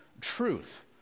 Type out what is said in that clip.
truth